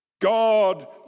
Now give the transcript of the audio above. God